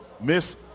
Miss